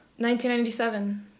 1997